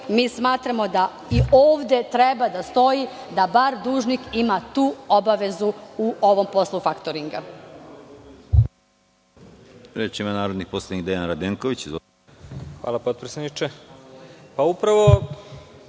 smatramo da ovde treba da stoji da dužnik ima barem tu obavezu u ovom poslu faktoringa.